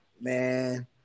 man